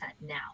now